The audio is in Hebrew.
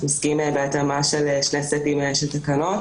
אנו עוסקים בהתאמת שני סטים של תקנות